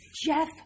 Jeff